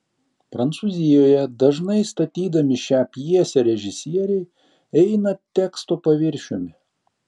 prancūzijoje dažnai statydami šią pjesę režisieriai eina teksto paviršiumi